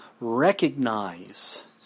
recognize